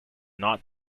not